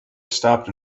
stopped